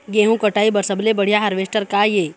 गेहूं कटाई बर सबले बढ़िया हारवेस्टर का ये?